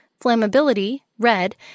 flammability—red